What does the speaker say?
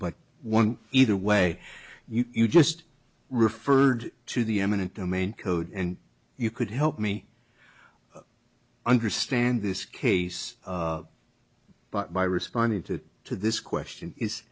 but one either way you just referred to the eminent domain code and you could help me understand this case but my responding to to this question is